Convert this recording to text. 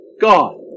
God